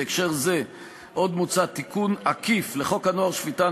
בהקשר זה עוד מוצע תיקון עקיף לחוק הנוער (שפיטה,